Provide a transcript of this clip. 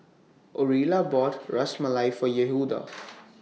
Orilla bought Ras Malai For Yehuda